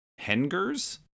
hengers